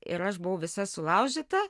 ir aš buvau visa sulaužyta